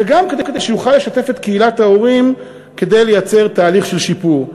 וגם כדי שיוכל לשתף את קהילת ההורים כדי לייצר תהליך של שיפור.